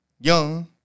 Young